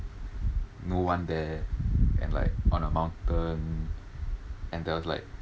no one there and like on a mountain and there was like